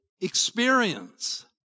experience